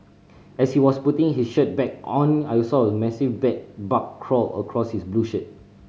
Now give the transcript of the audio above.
as he was putting his shirt back on I saw a massive bed bug crawl across his blue shirt